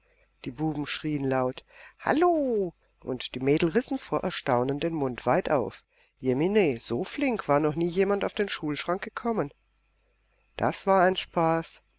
die buben schrien laut hallo und die mädel rissen vor erstaunen den mund weit auf jemine so flink war noch nie jemand auf den schulschrank gekommen das war ein spaß